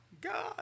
God